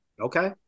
Okay